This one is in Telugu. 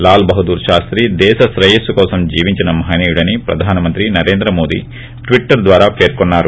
లాల్ బహదూర్ శాస్తి దేశ శ్రేయస్సు కోసం జీవించిన మహనీయుడని ప్రధానమంత్రి నరేంద్ర మోడీ ట్వటర్ ద్వారా పేర్కొన్నారు